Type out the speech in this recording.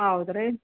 ಹೌದ್ರಿ